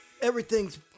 Everything's